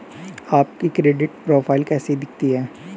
आपकी credit profile कैसी दिखती है?